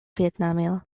vjetnamio